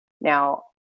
Now